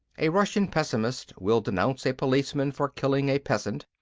a russian pessimist will denounce a policeman for killing a peasant,